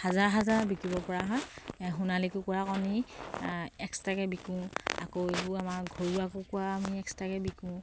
হাজাৰ হাজাৰ বিকিব পৰা সোণালী কুকুৰাক আমি এক্সট্ৰাকে বিকোঁ আকৌ এইবোৰ আমাৰ ঘৰুৱা কুকুৰা আমি এক্সটাকে বিকোঁ